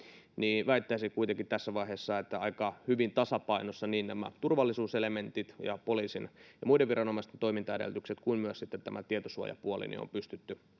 niin väittäisin kuitenkin tässä vaiheessa että aika hyvin tasapainossa niin turvallisuuselementtejä ja poliisin ja muiden viranomaisten toimintaedellytyksiä kuin myös tietosuojapuolta on pystytty